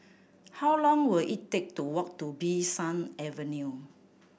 how long will it take to walk to Bee San Avenue